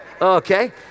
Okay